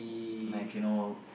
like you know